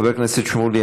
חבר הכנסת שמולי,